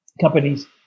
companies